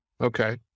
Okay